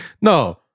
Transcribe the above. No